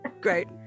great